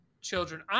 children